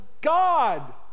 God